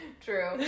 True